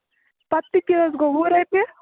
پتہٕ تہِ کیٛاہ حظ گوٚو وُہ رۄپیہِ